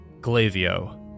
glavio